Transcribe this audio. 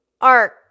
arc